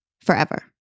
forever